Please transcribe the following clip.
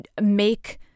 make